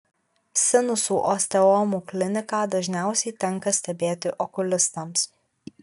sinusų osteomų kliniką dažniausiai tenka stebėti okulistams